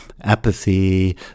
apathy